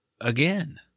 again